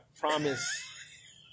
promise